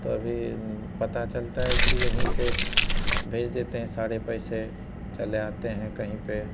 तो अभी पता चलता है कि यहीं से भेज देते हैं सारे पैसे चले आते हैं कहीं पर